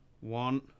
one